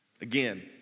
Again